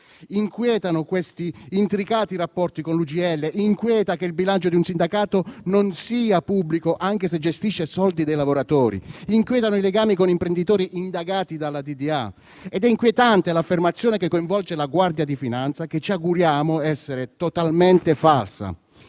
Inquietano questi intricati rapporti con l'UGL, inquieta che il bilancio di un sindacato non sia pubblico, anche se gestisce soldi dei lavoratori, inquietano i legami con imprenditori indagati dalla DDA; ed è inquietante l'affermazione che coinvolge la Guardia di finanza, che ci auguriamo essere totalmente falsa.